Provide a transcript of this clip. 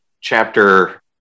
chapter